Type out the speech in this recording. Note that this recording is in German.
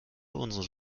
unseren